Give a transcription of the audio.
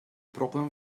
broblem